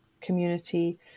community